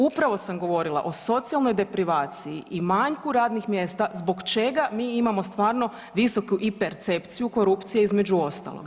Upravo sam govorila o socijalnoj deprivaciji i manjku radnih mjesta zbog čega mi imamo stvarno visoku i percepciju korupcije između ostalog.